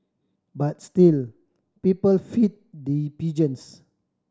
but still people feed the pigeons